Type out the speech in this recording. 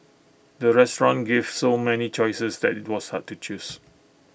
the restaurant gave so many choices that IT was hard to choose